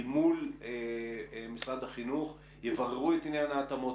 מול משרד החינוך יבררו את עניין ההתאמות,